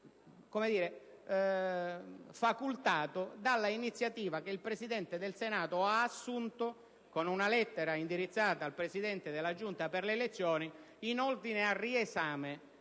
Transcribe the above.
facultato dall'iniziativa che il Presidente del Senato ha assunto, con una lettera indirizzata al Presidente della Giunta delle elezioni, in ordine al riesame